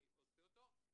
אני עושה אותו.